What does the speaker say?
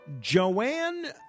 Joanne